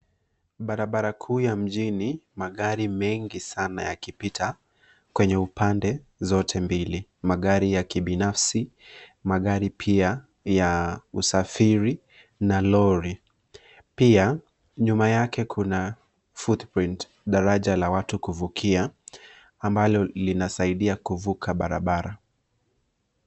Barabara kuu ya mjini magari mengi sana yakipita kwenye upande zote mbili magari ya kibinafsi, magari pia ya usafiri na lori pia nyuma yake kuna footbridge daraja la watu kuvukia ambalo linasaidia kuvuka barabara.